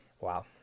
wow